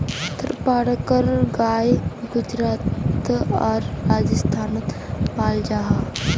थारपारकर गाय गुजरात आर राजस्थानोत पाल जाहा